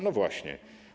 No właśnie.